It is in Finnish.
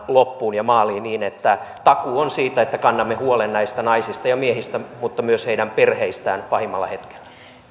loppuun ja maaliin niin että takuu on siitä että kannamme huolen näistä naisista ja miehistä mutta myös heidän perheistään pahimmalla hetkellä